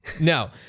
no